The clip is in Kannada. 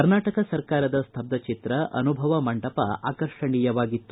ಕರ್ನಾಟಕ ಸರ್ಕಾರದ ಸ್ತಬ್ದ ಚಿತ್ರ ಅನುಭವ ಮಂಟಪ ಆಕರ್ಷಣೀಯವಾಗಿತ್ತು